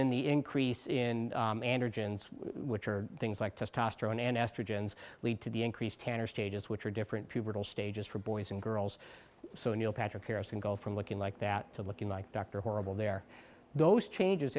then the increase in which are things like testosterone and estrogen lead to the increased tanner stages which are different stages for boys and girls so neil patrick harris can go from looking like that to looking like dr horrible there those changes